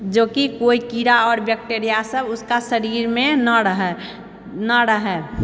जोकि कोई कीड़ा आओर बैक्टेरिया सब उसका शरीरमे ना रहै ना रहै